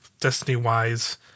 Destiny-wise